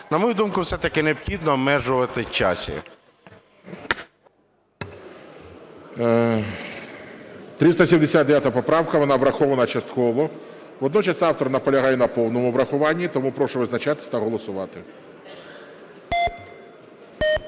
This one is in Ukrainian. На мою думку, все-таки необхідно обмежувати в часі.